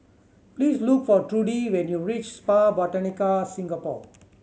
please look for Trudi when you reach Spa Botanica Singapore